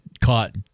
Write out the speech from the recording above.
caught